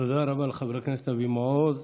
תודה רבה לחבר הכנסת אבי מעוז.